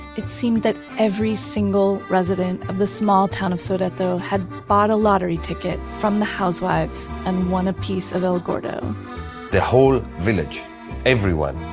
it seemed that every single resident of the small town of sodeto had bought a lottery ticket from the housewives and won a piece of el gordo the whole village everyone.